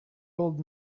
old